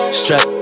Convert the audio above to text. strap